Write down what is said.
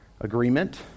agreement